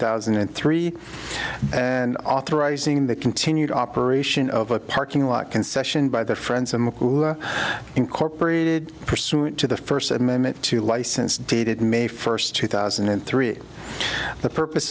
thousand and three and authorizing the continued operation of a parking lot concession by their friends and incorporated pursuant to the first amendment two license dated may first two thousand and three the purpose